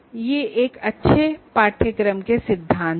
ये एक अच्छे कोर्स के सिद्धांत हैं